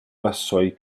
vassoi